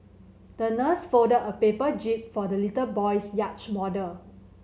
the nurse folded a paper jib for the little boy's yacht model